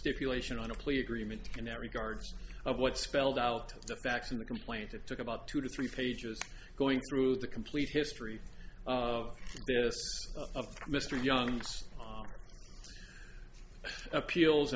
stipulation on a plea agreement in that regard what spelled out the facts of the complaint it took about two to three pages going through the complete history of mr young's appeals